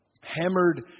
hammered